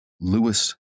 Lewis